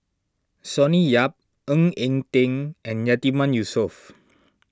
Sonny Yap Ng Eng Teng and Yatiman Yusof